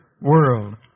world